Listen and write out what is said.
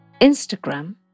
Instagram